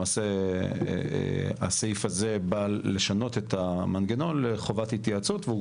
למעשה הסעיף הזה בא לשנות את המנגנון לחובת התייעצות והוא